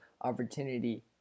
opportunity